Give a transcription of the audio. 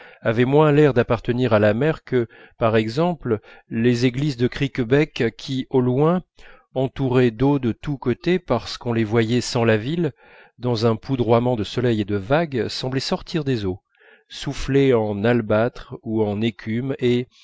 avait moins l'air d'appartenir à la mer que par exemple les églises de criquebec qui au loin entourées d'eau de tous côtés parce qu'on les voyait sans la ville dans un poudroiement de soleil et de vagues semblaient sortir des eaux soufflées en albâtre ou en écume et